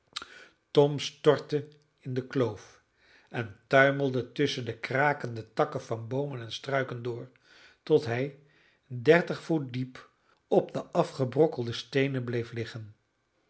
tom stortte in de kloof en tuimelde tusschen de krakende takken van boomen en struiken door tot hij dertig voet diep op de afgebrokkelde steenen bleef liggen